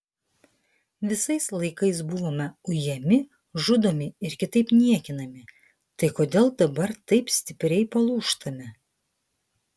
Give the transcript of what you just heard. visais laikais buvome ujami žudomi ir kitaip niekinami tai kodėl dabar taip stipriai palūžtame